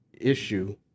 issue